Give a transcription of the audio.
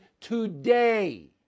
today